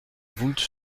voulte